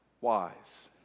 wise